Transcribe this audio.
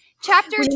Chapter